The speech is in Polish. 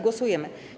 Głosujemy.